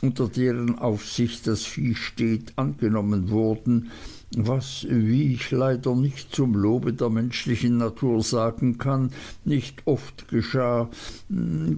unter deren aufsicht das vieh steht angenommen wurden was wie ich leider nicht zum lobe der menschlichen natur sagen kann nicht oft geschah